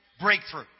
breakthrough